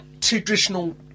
traditional